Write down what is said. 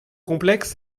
complexes